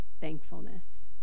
thankfulness